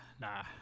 Nah